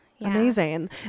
amazing